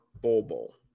Bobo